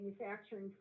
manufacturing